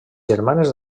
germanes